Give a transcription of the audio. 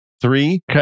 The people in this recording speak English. Three